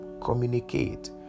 communicate